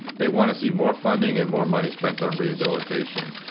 they want to see more funding and more money spent on rehabilitation.